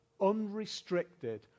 unrestricted